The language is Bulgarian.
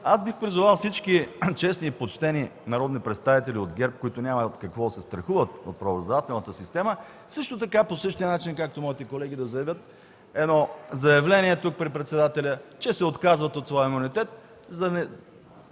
Бих призовал всички честни и почтени народни представители от ГЕРБ, които няма от какво да се страхуват от правораздавателната система, също така, както и моите колеги, да подадат по едно заявление тук, при председателя, че се отказват от своя имунитет. Те са